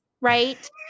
right